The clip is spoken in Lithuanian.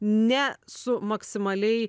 ne su maksimaliai